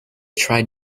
tried